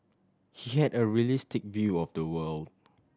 he had a realistic view of the world